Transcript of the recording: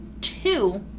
Two